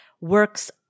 works